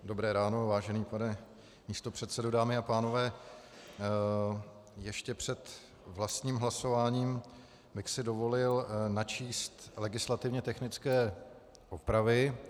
Dobré ráno, vážený pane místopředsedo, dámy a pánové, ještě před vlastním hlasováním bych si dovolil načíst legislativně technické opravy.